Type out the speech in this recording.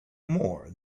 more